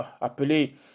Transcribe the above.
appeler